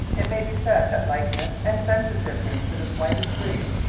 it may be said that lightness, and sensitiveness to the slightest breeze,